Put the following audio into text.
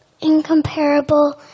incomparable